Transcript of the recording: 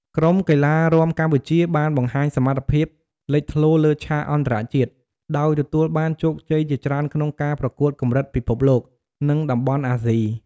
ក្រុមកីឡារាំកម្ពុជាបានបង្ហាញសមត្ថភាពលេចធ្លោលើឆាកអន្តរជាតិដោយទទួលបានជោគជ័យជាច្រើនក្នុងការប្រកួតកម្រិតពិភពលោក និងតំបន់អាស៊ី។